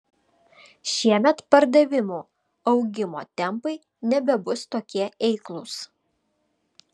šiemet pardavimų augimo tempai nebebus tokie eiklūs